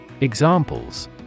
Examples